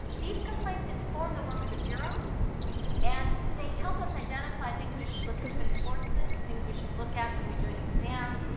these complaints inform the work of the bureau and they help us identify things we should look into enforcement, things we should look at when we're doing an exam,